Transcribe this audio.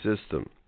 system